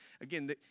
Again